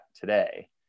today